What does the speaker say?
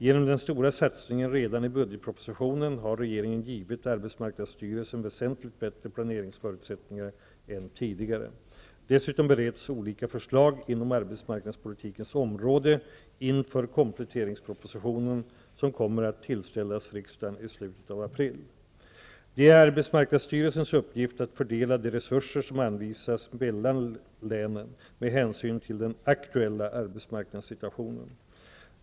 Genom den stora satsningen redan i budgetpropositionen har regeringen givit arbetsmarknadsstyrelsen väsentligt bättre planeringsförutsättningar än tidigare. Dessutom bereds olika förslag inom arbetsmarknadspolitikens område inför kompletteringspropositionen, som kommer att tillställas riksdagen i slutet av april. Det är arbetsmarknadsstyrelsens uppgift att fördela de resurser som anvisas mellan länen med hänsyn till den aktuella arbetsmarknadssituationen.